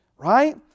Right